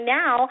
now